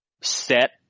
set